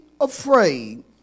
afraid